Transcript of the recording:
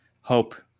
Hope